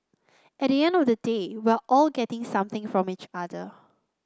at the end of the day we're all getting something from each other